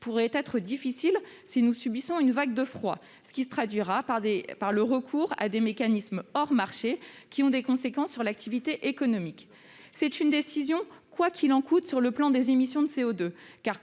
pourrait être difficile si nous subissions une vague de froid. Cela se traduira par le recours à des mécanismes hors marché, qui emportent des conséquences sur l'activité économique. Il s'agit également d'une décision de type « quoi qu'il en coûte » sur le plan des émissions de CO2, car,